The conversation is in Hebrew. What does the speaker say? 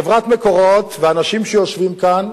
חברת "מקורות" והאנשים שיושבים כאן,